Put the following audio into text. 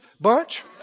bunch